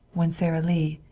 when sara lee,